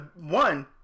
one